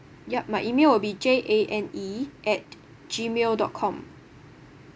yup my email will be J A N E at gmail dot com